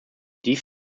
dies